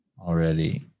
already